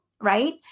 right